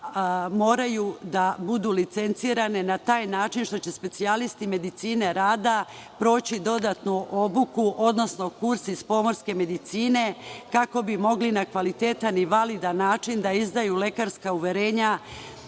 moraju da budu licencirane, na taj način što će specijalisti medicine rada proći dodatnu obuku, odnosno kurs iz pomorske medicine, kako bi mogli na kvalitetan i validan način da izdaju lekarska uverenja